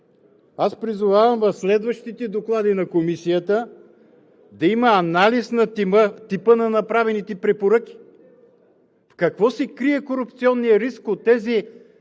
призовавам в следващите доклади на Комисията да има анализ на типа на направените препоръки. В какво се крие корупционният риск от тези